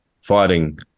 fighting